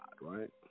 right